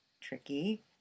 tricky